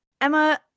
Emma